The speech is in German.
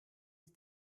die